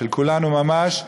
של כולנו ממש,